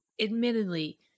Admittedly